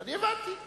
אני הבנתי.